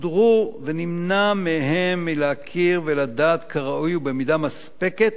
ונמנע מהם מלהכיר ולדעת כראוי ובמידה מספקת